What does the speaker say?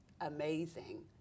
amazing